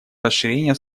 расширения